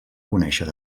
conèixer